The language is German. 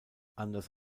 anders